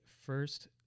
first